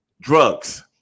drugs